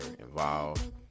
involved